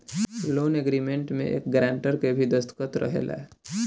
loan agreement में एक grantor के भी दस्तख़त रहेला